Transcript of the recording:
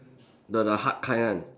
the the hard kind one